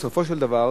בסופו של דבר,